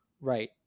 Right